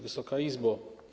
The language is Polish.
Wysoka Izbo!